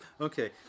Okay